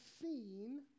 seen